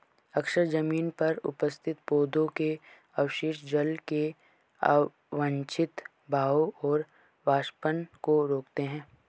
अक्सर जमीन पर उपस्थित पौधों के अवशेष जल के अवांछित बहाव और वाष्पन को रोकते हैं